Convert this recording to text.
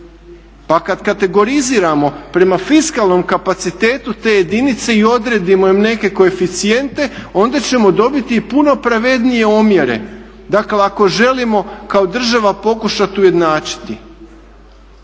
Pa kada kategoriziramo prema fiskalnom kapacitetu te jedinice i odredimo im neke koeficijente onda ćemo dobiti i puno pravednije omjere. Dakle ako želimo kao država pokušati ujednačiti.